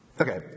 Okay